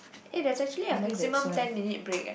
eh there's actually a maximum ten minute break eh